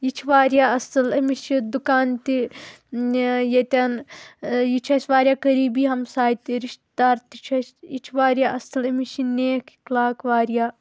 یہِ چھُ وارِیاہ اَصٕل أمِس چھِ دُکان تہِ ییٚتٮ۪ن یہِ چھُ اَسہِ وارِیاہ قریبی ہمساے تہِ رشتہٕ دار تہِ چھُ اَسہِ یہِ چھُ وارِیاہ اَصٕل أمِس چھِ نیک اخلاق وارِیاہ